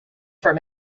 from